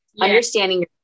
understanding